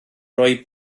roi